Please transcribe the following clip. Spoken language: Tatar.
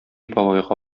бабайга